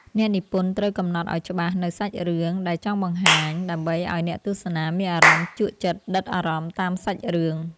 អ្នកនិពន្ធត្រូវកំណត់ឱ្យច្បាស់នូវសាច់រឿងដែលចង់បង្ហាញដើម្បីឱ្យអ្នកទស្សនាមានអារម្មណ៍ជក់ចិត្តដិតអារម្មណ៍តាមសាច់រឿង។